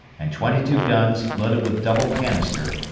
and twenty-two guns, loaded with double canister,